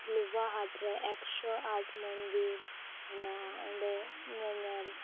ᱞᱩᱵᱟᱦᱟᱴ ᱨᱮ ᱮᱠᱥᱚᱟᱴ ᱢᱚᱱᱫᱤᱨ ᱢᱮᱱᱟᱜᱼᱟ ᱚᱸᱰᱮ ᱧᱮᱧᱮᱞ